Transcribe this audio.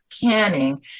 canning